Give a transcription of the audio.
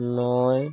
নয়